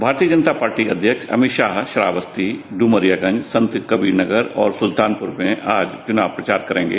भारतीय जनता पार्टी अध्यक्ष अमित शाह श्रावस्ती इमरियागंज संतकबीर और सुल्तानपुर में आज चुनाव प्रचार करेंगे